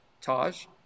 Taj